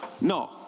No